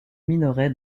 minerai